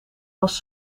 was